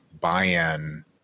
buy-in